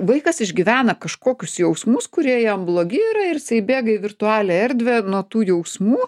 vaikas išgyvena kažkokius jausmus kurie jam blogi yra ir jisai bėga į virtualią erdvę nuo tų jausmų